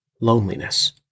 loneliness